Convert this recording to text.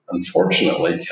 Unfortunately